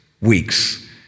weeks